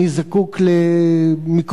אני זקוק למיקרוסקופ,